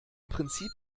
prinzip